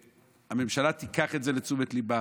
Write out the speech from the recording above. והממשלה תיקח את זה לתשומת ליבה,